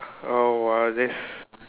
oh !wah! this